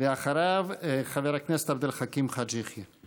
אחריו, חבר הכנסת עבד אל חכים חאג' יחיא.